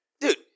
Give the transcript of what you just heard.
Dude